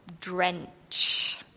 Drench